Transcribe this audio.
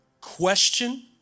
question